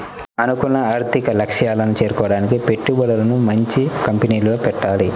అనుకున్న ఆర్థిక లక్ష్యాలను చేరుకోడానికి పెట్టుబడులను మంచి కంపెనీల్లో పెట్టాలి